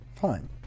Fine